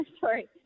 sorry